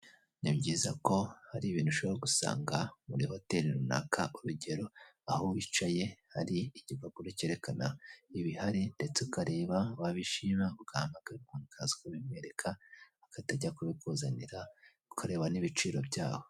Ni byiza ko hari ibintu ushobora gusanga muri hoteri runaka, urugero aho wicaye hari igipapuro cyerekana ibihari ndetse ukareba wabishima ugahamagara umuntu akaza ukabimwereka, agahita ajya kubikuzanira ukareba n'ibiciro byaho.